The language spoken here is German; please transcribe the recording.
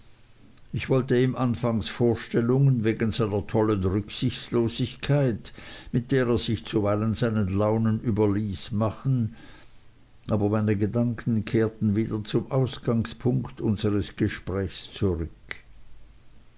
ich wollte ihm anfangs vorstellungen wegen seiner tollen rücksichtslosigkeit mit der er sich zuweilen seinen launen überließ machen aber meine gedanken kehrten wieder zum ausgangspunkt unseres gesprächs zurück